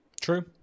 true